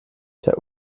der